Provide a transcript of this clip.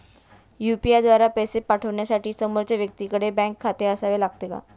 UPI द्वारा पैसे पाठवण्यासाठी समोरच्या व्यक्तीकडे बँक खाते असावे लागते का?